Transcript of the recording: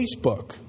Facebook